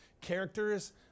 characters